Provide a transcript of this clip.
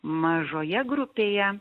mažoje grupėje